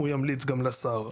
הוא ימליץ גם לשר.